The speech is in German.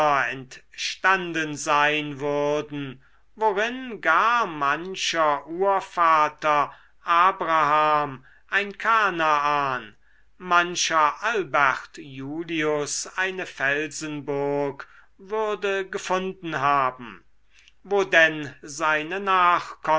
entstanden sein würden worin gar mancher urvater abraham ein kanaan mancher albert julius eine felsenburg würde gefunden haben wo denn seine